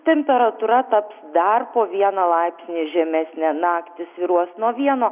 temperatūra taps dar po vieną laipsnį žemesnė naktį svyruos nuo vieno